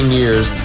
years